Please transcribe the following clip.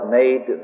made